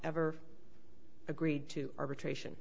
ever agreed to arbitration